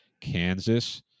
Kansas